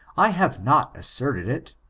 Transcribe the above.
i have not asserted it,